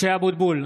(קורא בשמות חברי הכנסת) משה אבוטבול,